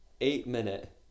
eight-minute